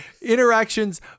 interactions